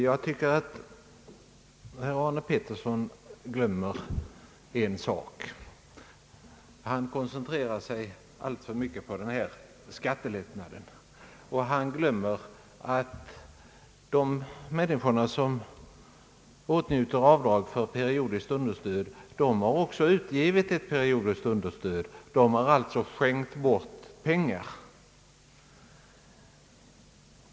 Herr talman! Jag tycker att herr Arne Pettersson glömmer en sak. Han glömmer att de människor som åtnjuter avdrag för periodiskt understöd också har utgivit ett understöd. De har alltså skänkt bort pengar.